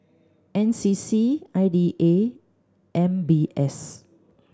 N C C I D A M B S